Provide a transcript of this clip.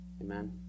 Amen